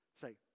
Say